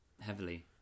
heavily